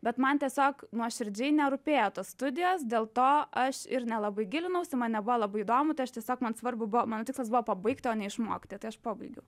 bet man tiesiog nuoširdžiai nerūpėjo tos studijos dėl to aš ir nelabai gilinausi man nebuvo labai įdomu tai aš tiesiog man svarbu buvo mano tikslas buvo pabaigti o ne išmokti tai aš pabaigiau